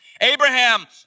Abraham